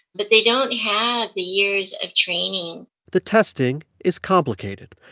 but they don't have the years of training the testing is complicated.